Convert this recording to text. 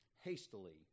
hastily